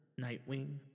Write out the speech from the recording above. Nightwing